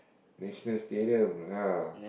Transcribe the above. National-Stadium ah